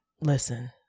listen